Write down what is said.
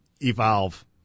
evolve